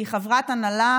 היא חברת הנהלה,